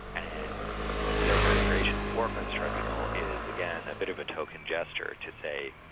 and therefore the creation of the war crimes tribunal is again a bit of a token gesture to say,